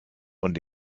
und